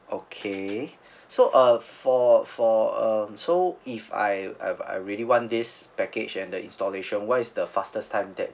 okay so uh for for uh so if I I I really want this package and the installation what is the fastest time that